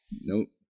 Nope